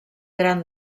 gran